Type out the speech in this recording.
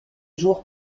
jour